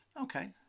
Okay